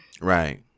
right